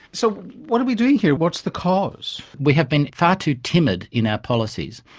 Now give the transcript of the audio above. so what are we doing here? what's the cause? we have been far too timid in our policies.